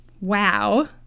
wow